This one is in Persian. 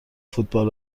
فوتبال